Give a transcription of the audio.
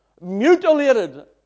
mutilated